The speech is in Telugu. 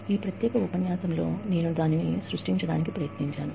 ఈ ప్రత్యేక ఉపన్యాసంలో నేను దానిని సృష్టించడానికి ప్రయత్నించాను